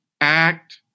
act